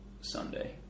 Sunday